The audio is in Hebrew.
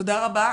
תודה רבה.